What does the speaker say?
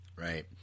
Right